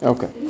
Okay